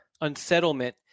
unsettlement